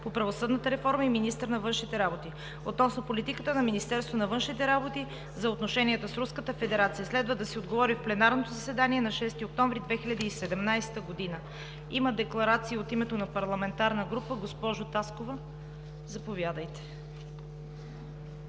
по правосъдната реформа и министър на външните работи, относно политиката на Министерството на външните работи за отношенията с Руската федерация. Следва да се отговори в пленарното заседание на 6 октомври 2017 г. Има декларация от името на парламентарна група. Госпожо Таскова, заповядайте.